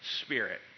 Spirit